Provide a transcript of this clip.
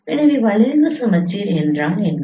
எனவே வளைவு சமச்சீர் என்றால் என்ன